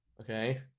okay